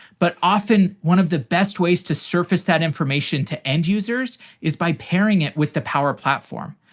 but often one of the best ways to surface that information to end users is by pairing it with the power platform.